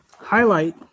highlight